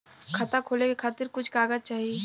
खाता खोले के खातिर कुछ कागज चाही?